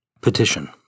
Petition